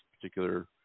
particular